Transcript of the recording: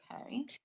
okay